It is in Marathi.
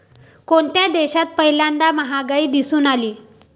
कोणत्या देशात पहिल्यांदा महागाई दिसून आली?